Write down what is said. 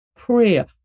Prayer